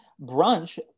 brunch